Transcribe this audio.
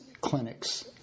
clinics